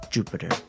Jupiter